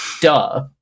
Duh